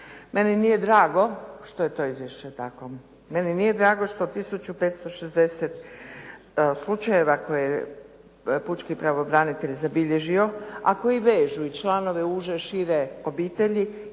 Meni nije drago što je to izvješće tako, meni nije drago što tisuću 560 slučajeva koje pučki pravobranitelj zabilježio, a koji vežu uže i šire obitelji